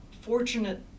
fortunate